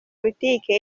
boutique